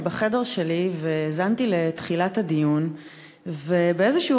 בחדר שלי והאזנתי לתחילת הדיון ובאיזשהו